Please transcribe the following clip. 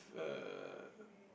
uh